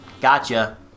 Gotcha